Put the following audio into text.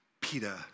Peter